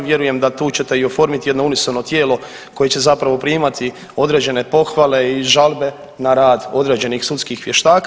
Vjerujem da tu ćete i oformiti jedno unisono tijelo koje će zapravo primati određene pohvale i žalbe na rad određenih sudskih vještaka.